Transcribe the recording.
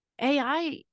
AI